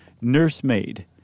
Nursemaid